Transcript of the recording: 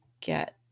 get